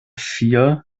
vier